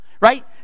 right